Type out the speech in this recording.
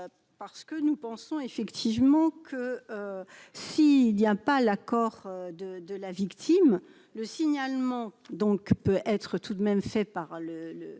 parce que nous pensons effectivement que si il y a un pas l'accord de de la victime, le signalement, donc peut être tout de même fait par le